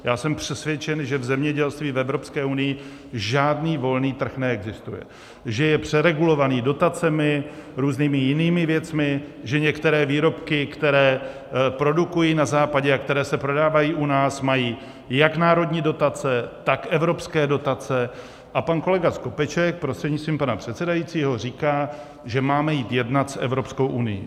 Já jsem přesvědčen, že v zemědělství v Evropské unii žádný volný trh neexistuje, že je přeregulovaný dotacemi, různými jinými věcmi, že některé výrobky, které produkují na Západě a které se prodávají u nás, mají jak národní dotace, tak evropské dotace a pak kolega Skopeček prostřednictvím pana předsedajícího říká, že máme jít jednat s Evropskou unií.